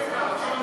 רגע,